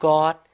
God